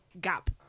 gap